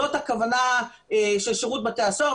זאת הכוונה של שירות בתי הסוהר.